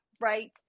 right